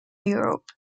europe